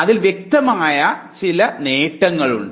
എന്നാൽ അതിൽ വ്യക്തമായ ചില നേട്ടങ്ങളുണ്ട്